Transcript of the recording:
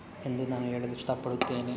ಎಂದು ನಾನು ಹೇಳಲು ಇಷ್ಟಪಡುತ್ತೇನೆ